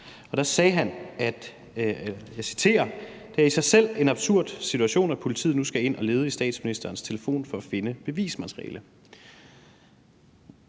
og jeg citerer: Det er i sig selv en absurd situation, at politiet nu skal ind og lede i statsministerens telefon for at finde bevismateriale.